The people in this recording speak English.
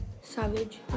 Savage